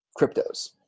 cryptos